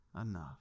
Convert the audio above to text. enough